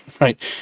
right